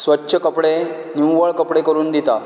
स्वच्छ कपडे निवळ कपडे करून दिता